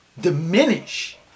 diminish